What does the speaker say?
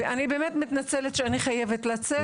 ואני באמת מתנצלת שאני חייבת לצאת.